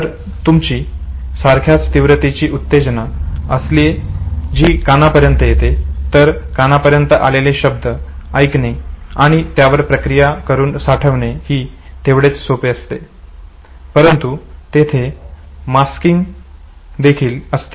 जर तुमची सारख्याच तीव्रतेची उत्तेजना असले जी कानापर्यंत येते तर कानापर्यंत आलेले शब्द ऐकणे आणि त्यावर प्रक्रिया करून साठविणे ही तेवढेच सोपे असते परंतु तेथे मास्किंग देखील असते